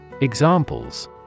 Examples